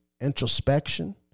introspection